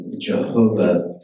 Jehovah